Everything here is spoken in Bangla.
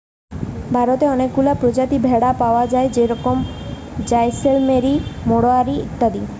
ভারতে অনেকগুলা প্রজাতির ভেড়া পায়া যায় যেরম জাইসেলমেরি, মাড়োয়ারি ইত্যাদি